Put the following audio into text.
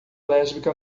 lésbica